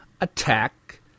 attack